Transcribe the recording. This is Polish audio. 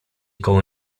koło